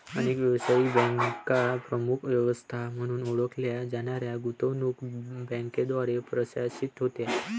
अनेक व्यावसायिक बँका प्रमुख व्यवस्था म्हणून ओळखल्या जाणाऱ्या गुंतवणूक बँकांद्वारे प्रशासित होत्या